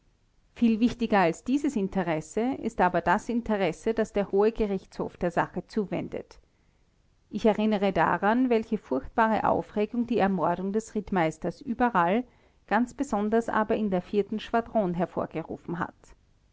viel wichtiger als dieses interesse ist aber das interesse das der hohe gerichtshof der sache zuwendet ich erinnere daran welche furchtbare aufregung die ermordung des rittmeisters überall ganz besonders aber in der schwadron hervorgerufen hat